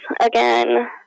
again